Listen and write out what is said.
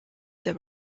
there